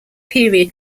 period